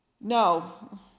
No